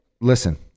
Listen